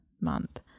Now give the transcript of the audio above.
month